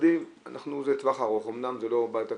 משרדים זה טווח ארוך, אמנם זה לא --- מה שהיה